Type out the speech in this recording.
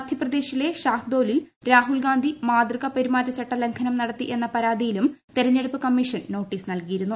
മധ്യപ്രദേശിലെ ഷാഹ്ദോലിൽ രാഹുൽഗാന്ധി മാതൃക പെരുമാറ്റചട്ടലംഘനം നടത്തി എന്ന പരാതിയിലും തെരഞ്ഞെടുപ്പ് കമ്മീഷൻ നോട്ടീസ് നൽകിയിരുന്നു